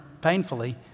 painfully